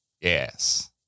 Yes